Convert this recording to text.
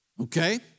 Okay